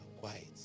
Quiet